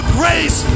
grace